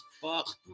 Fuck